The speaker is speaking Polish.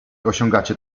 osiągacie